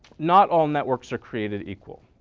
not all networks are created equal.